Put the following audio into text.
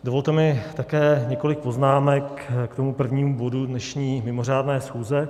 Dovolte mi také několik poznámek k tomu prvnímu bodu dnešní mimořádné schůze.